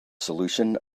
solution